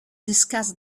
discuss